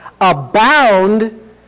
abound